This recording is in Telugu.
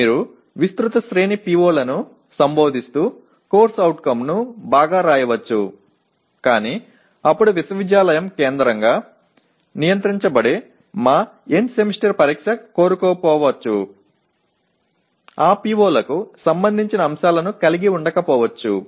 మీరు విస్తృత శ్రేణి PO లను సంబోధిస్తూ CO ను బాగా వ్రాయవచ్చు కానీ అప్పుడు విశ్వవిద్యాలయం కేంద్రంగా నియంత్రించబడే మా ఎండ్ సెమిస్టర్ పరీక్ష కోరుకోకపోవచ్చు ఆ PO లకు సంబంధించిన అంశాలను కలిగి ఉండకపోవచ్చు